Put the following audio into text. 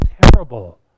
terrible